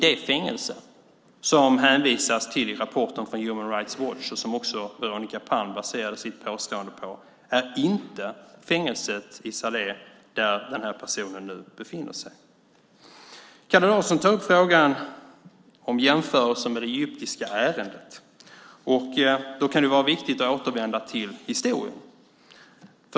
Det fängelse som det hänvisas till i rapporten från Human Rights Watch och som också Veronica Palm baserade sitt påstående på är inte fängelset där den här personen nu befinner sig i. Kalle Larsson tar upp frågan om jämförelsen med det egyptiska ärendet. Då kan det vara viktigt att återvända till historien.